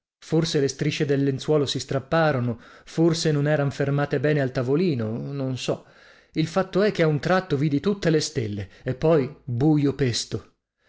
forse le strisce del lenzuolo si strapparono forse non eran fermate bene al tavolino non so il fatto è che a un tratto vidi tutte le stelle e poi buio pesto